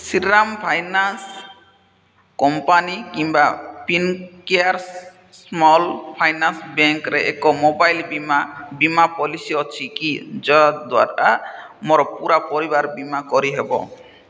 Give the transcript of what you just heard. Shriram finance company କିମ୍ବା Fincare small finance ବ୍ୟାଙ୍କ୍ରେ ଏକ ମୋବାଇଲ୍ ବୀମା ବୀମା ପଲିସି ଅଛିକି ଯଦ୍ଵାରା ମୋର ପୂରା ପରିବାରର ବୀମା କରିହେବ